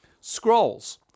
scrolls